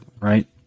right